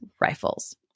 rifles